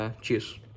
cheers